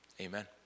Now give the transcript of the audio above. Amen